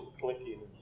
clicking